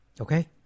Okay